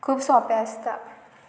खूब सोंपें आसता